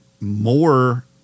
more